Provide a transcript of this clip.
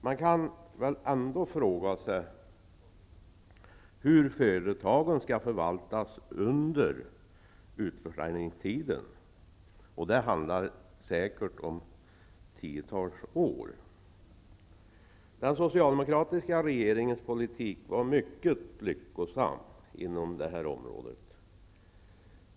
Man kan ändå fråga sig hur företagen skall förvaltas under utförsäljningstiden. Det handlar säkert om tiotals år. Den socialdemokratiska regeringens politik var mycket lyckosam inom detta område.